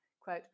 Quote